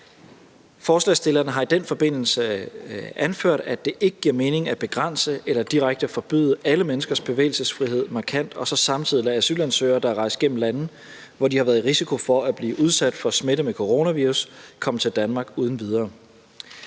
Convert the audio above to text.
Forslagsstillerne har i den forbindelse anført, at det ikke giver mening at begrænse – eller direkte forbyde – alle menneskers bevægelsesfrihed markant og så samtidig lade asylansøgere, der har rejst igennem lande, hvor de har været i risiko for at blive udsat for smitte med coronavirus, komme til Danmark uden videre.